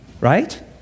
right